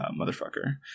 motherfucker